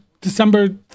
December